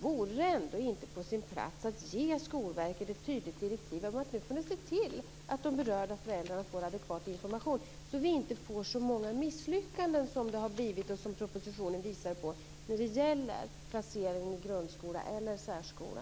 Vore det ändå inte på sin plats att ge Skolverket ett tydligt direktiv: Nu får ni se till att de berörda föräldrarna får adekvat information, så att vi inte får så många misslyckanden som det har blivit och som propositionen visar på när det gäller placeringen i grundskola eller särskola.